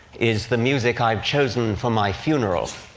is the music i've chosen for my funeral.